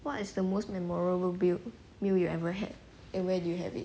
what is the most memorable bea~ meal you ever had and where did you have it